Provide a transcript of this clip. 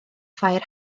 ffair